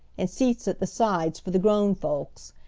and seats at the sides for the grown folks,